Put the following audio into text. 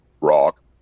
Rock